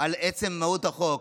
על עצם מהות החוק.